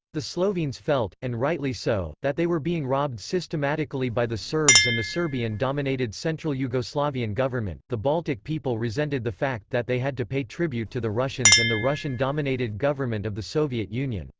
the slovenes felt, and rightly so, that they were being robbed systematically by the serbs and the serbian-dominated central yugoslavian government the baltic people resented the fact that they had to pay tribute to the russians and the russian-dominated government of the soviet union.